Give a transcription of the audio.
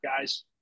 guys